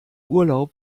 urlaub